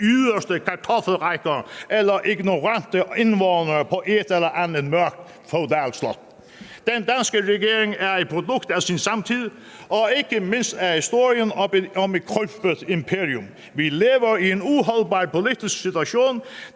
yderste kartoffelrækker – eller ignorante indvånere på et eller andet mørkt feudalslot. Den danske regering er et produkt af sin samtid og ikke mindst af historien om et krympet imperium. Vi lever i en uholdbar politisk situation,